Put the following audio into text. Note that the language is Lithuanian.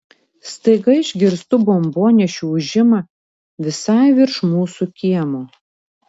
staiga išgirstu bombonešių ūžimą visai virš mūsų kiemo